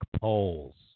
polls